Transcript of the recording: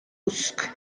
usk